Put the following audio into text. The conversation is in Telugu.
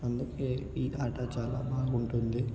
అందుకు ఈ ఆట చాలా బాగుంటుంది